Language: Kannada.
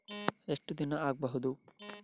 ಎಷ್ಟು ದಿನ ಆಗ್ಬಹುದು?